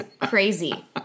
crazy